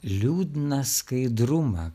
liūdną skaidrumą